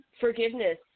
forgiveness